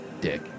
dick